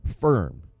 firm